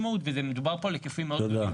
ומדובר פה על היקפים מאוד גדולים.